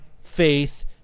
faith